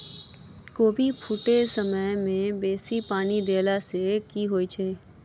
कोबी फूटै समय मे बेसी पानि देला सऽ की होइ छै?